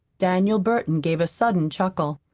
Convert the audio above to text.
daniel burton gave a sudden chuckle.